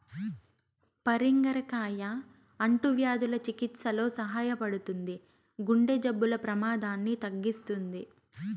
పరింగర కాయ అంటువ్యాధుల చికిత్సలో సహాయపడుతుంది, గుండె జబ్బుల ప్రమాదాన్ని తగ్గిస్తుంది